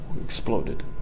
exploded